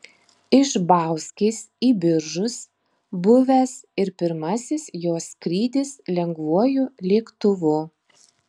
iš bauskės į biržus buvęs ir pirmasis jos skrydis lengvuoju lėktuvu